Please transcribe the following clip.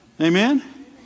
Amen